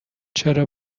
چرا